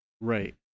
Right